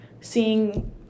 seeing